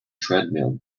treadmill